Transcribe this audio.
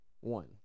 one